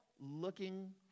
looking